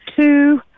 two